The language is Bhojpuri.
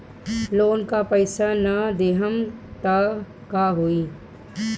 लोन का पैस न देहम त का होई?